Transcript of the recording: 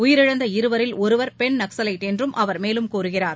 உயிரிழந்த இருவரில் ஒருவர் பெண் நக்ஸலைட் என்றும் அவர் மேலும் கூறுகிறார்